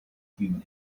human